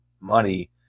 money